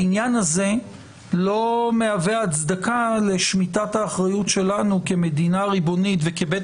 העניין הזה לא מהווה הצדקה לשמיטת האחריות שלנו כמדינה ריבונית וכבית